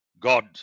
God